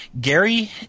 Gary